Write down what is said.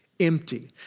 empty